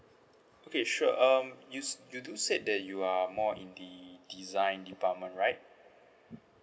okay sure um you you do said that you are more in the design department right